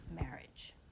marriage